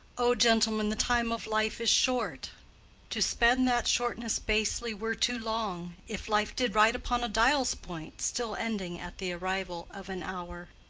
o gentlemen, the time of life is short to spend that shortness basely were too long, if life did ride upon a dial's point, still ending at the arrival of an hour.